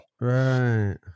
Right